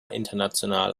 international